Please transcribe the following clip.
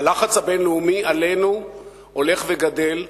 הלחץ הבין-לאומי עלינו הולך וגדל.